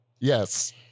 Yes